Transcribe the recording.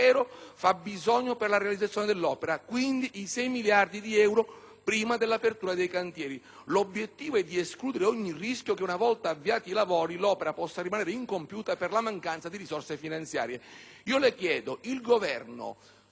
l'intero fabbisogno per la realizzazione dell'opera, quindi i 6 miliardi di euro, prima dell'apertura dei cantieri. L'obiettivo è di escludere ogni rischio che una volta avviati i lavori l'opera possa rimanere incompiuta per la mancanza di risorse finanziarie».